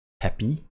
happy